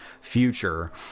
future